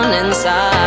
inside